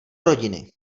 rodiny